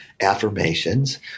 affirmations